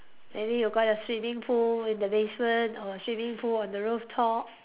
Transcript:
maybe you got your swimming pool in the basement or swimming pool on the rooftop